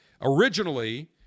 Originally